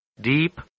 deep